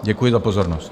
Děkuji za pozornost.